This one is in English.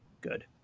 Good